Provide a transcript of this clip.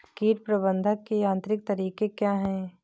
कीट प्रबंधक के यांत्रिक तरीके क्या हैं?